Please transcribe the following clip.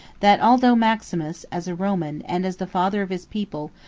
that although maximus, as a roman, and as the father of his people,